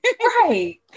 Right